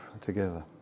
together